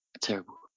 Terrible